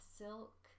silk